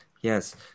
Yes